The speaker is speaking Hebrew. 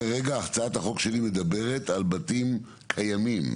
כרגע הצעת החוק שלי מדברת על בתים קיימים,